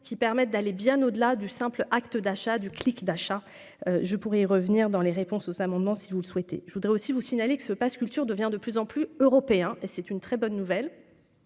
qui permettent d'aller bien au-delà du simple acte d'achat du clic d'achat je pourrais revenir dans les réponses aux amendements, si vous le souhaitez, je voudrais aussi vous signaler que ce Pass culture devient de plus en plus européen et c'est une très bonne nouvelle,